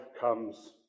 comes